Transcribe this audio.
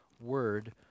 word